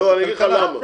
לא, אני אגיד לך למה.